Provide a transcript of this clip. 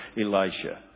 Elisha